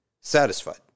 satisfied